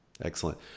excellent